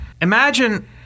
imagine